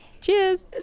Cheers